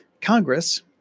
Congress